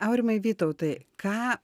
aurimai vytautai ką